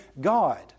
God